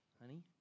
honey